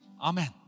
Amen